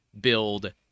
build